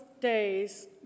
days